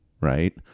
right